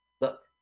Look